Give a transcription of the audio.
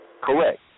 correct